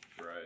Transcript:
Right